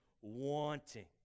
wanting